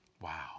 Wow